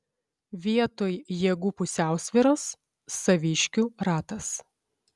vietoj jėgų pusiausvyros saviškių ratas